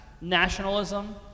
Nationalism